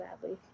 sadly